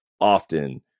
often